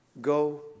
Go